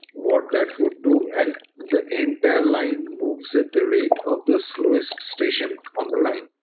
what that would do and the entire line moves at the rate of the slowest station on the line.